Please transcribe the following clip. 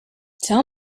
tell